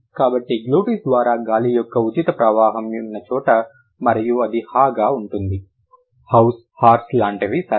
కాబట్టి గ్లోటిస్ ద్వారా గాలి యొక్క ఉచిత ప్రవాహం ఉన్న చోట మరియు అది హ గా ఉంటుంది హౌస్ హార్స్ లాంటివి సరేనా